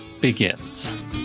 begins